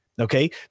Okay